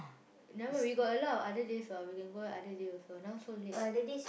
never mind we got a lot of other days [what] we can go other day also now so late